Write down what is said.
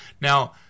Now